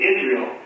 Israel